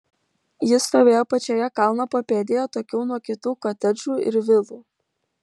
ji stovėjo pačioje kalno papėdėje atokiau nuo kitų kotedžų ir vilų